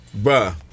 Bruh